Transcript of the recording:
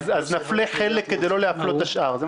אז נפלה חלק כדי לא להפלות את השאר.